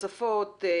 הצפות,